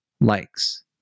likes